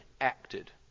acted